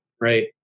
Right